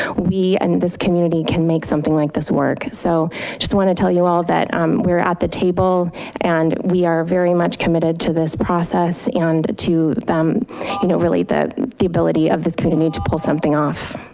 we and this community can make something like this work. so just want to tell you all that um we're at the table and we are very much committed to this process and to them you know really that the ability of this kind of need to pull something off.